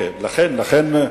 הוא איש יקר.